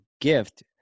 gift